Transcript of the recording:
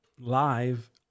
live